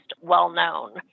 well-known